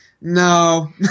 No